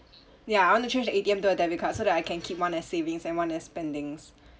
ya I wanna change the A_T_M to a debit card so that I can keep one as savings and one as spendings